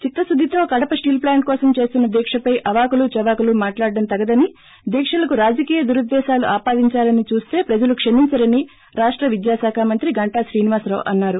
చిత్తశుద్దితో Kadapa steel plant కోసం చేస్తున్న దీక్షపై అవాక్కులు చవాక్కులు మాట్లాడడం తగదని దీక్షలకు రాజకీయ దురుద్దేశాలు ఆపాదించాలని చూస్తి ప్రజలు క్షమించరని రాష్ట విద్యా శాఖ మంత్రి గంటా శ్రీనివాసరావు అన్నారు